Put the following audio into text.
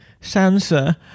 Sansa